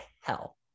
hell